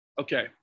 Okay